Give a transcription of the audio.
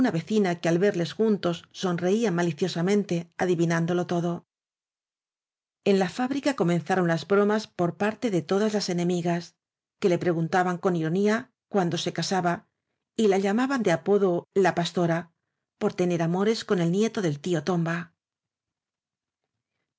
vecina que al verles juntos son reían maliciosamente adivinándolo todo en la fábrica comenzaron las bromas por parte de todas las enemigas que le pregunta ban con ironía cuándo se casaba y la llamaban de apodo la pastora por tener amores con el nieto del tío tomba